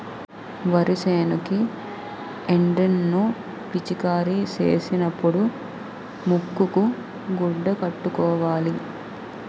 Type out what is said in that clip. వరి సేనుకి ఎండ్రిన్ ను పిచికారీ సేసినపుడు ముక్కుకు గుడ్డ కట్టుకోవాల